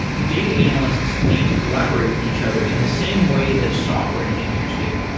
data analysts need to collaborate with each other in the same way that software engineers do.